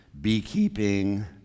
beekeeping